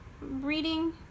Reading